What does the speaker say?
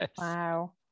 wow